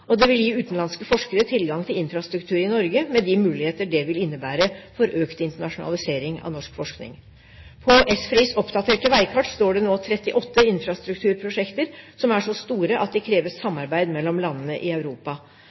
og det vil gi utenlandske forskere tilgang til infrastruktur i Norge, med de muligheter det vil innebære for økt internasjonalisering av norsk forskning. På ESFRIs oppdaterte veikart står det nå 38 infrastrukturprosjekter som er så store at de krever samarbeid mellom landene i Europa.